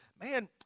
Man